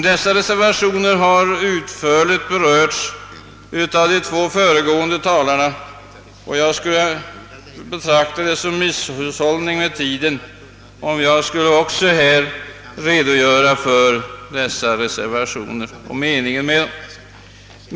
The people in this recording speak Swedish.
Dessa reservationer har utförligt berörts av de två föregående talarna, och jag skulle betrakta det som misshushållning med kammarens tid om även jag skulle redogöra för dem.